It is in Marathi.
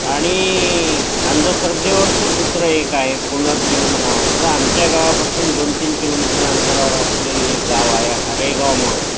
आणि अंधश्रद्धेवरचं दुसरं एक आहे पुनर्जन्म नावाचं आमच्या गावापासून दोन तीन किलोमीटर अंतरावर असलेले एक गाव आहे हरेगाव म्हणून